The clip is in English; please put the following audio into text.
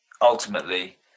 ultimately